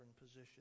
position